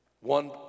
One